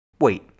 Wait